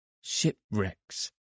shipwrecks